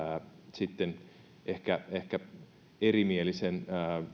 sitten ehkä ehkä erimielisen